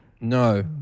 No